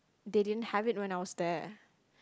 they didn't have it when I was there